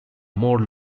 more